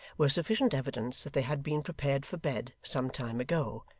were sufficient evidence that they had been prepared for bed some time ago,